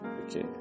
Okay